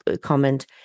comment